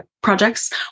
projects